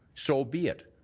so be it.